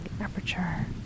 aperture